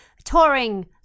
touring